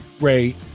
Ray